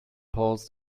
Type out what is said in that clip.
polls